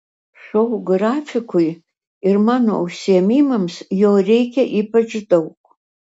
šou grafikui ir mano užsiėmimams jo reikia ypač daug